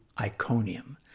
Iconium